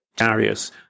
Arius